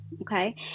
okay